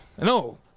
No